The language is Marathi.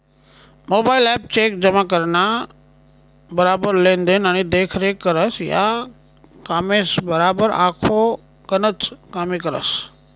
मोबाईल ॲप चेक जमा कराना बराबर लेन देन आणि देखरेख करस, या कामेसबराबर आखो गनच कामे करस